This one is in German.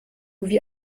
wie